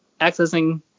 Accessing